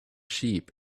sheep